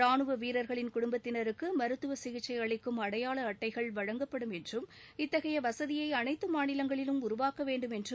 ராணுவ வீரர்களின் குடும்பத்தினருக்கு மருத்துவ சிகிச்சை அளிக்கும் அடையாள அட்டைகள் வழங்கப்படும் என்றும் இத்தகைய வசதியை அனைத்து மாநிலங்களிலும் உருவாக்கவேண்டும் என்றும்